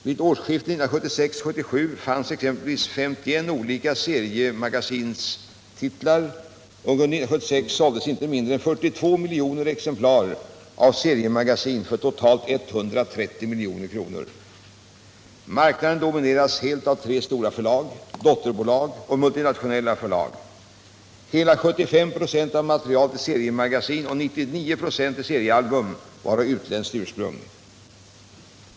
Vid årsskiftet 1976-1977 fanns exempelvis 51 olika seriemagasinstitlar, och under 1976 såldes inte mindre än 42 miljoner exemplar av seriemagasin för totalt 130 milj.kr. Marknaden domineras helt av tre stora förlag, dotterbolag och multinationella förlag. Hela 75 96 av materialet i seriemagasin och 99 96 i seriealbum var av utländskt ursprung.